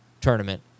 tournament